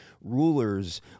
rulers